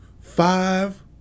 Five